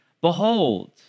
Behold